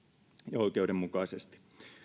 ja oikeudenmukaisesti